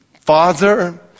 Father